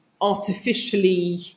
artificially